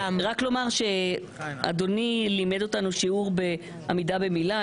רק לומר שאדוני לימד אותנו שיעור בעמידה במילה.